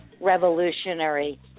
revolutionary